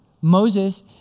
Moses